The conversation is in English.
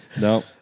No